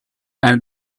and